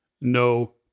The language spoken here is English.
no